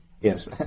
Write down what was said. Yes